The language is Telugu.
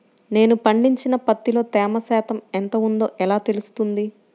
నేను పండించిన పత్తిలో తేమ శాతం ఎంత ఉందో ఎలా తెలుస్తుంది?